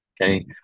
Okay